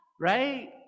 right